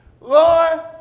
Lord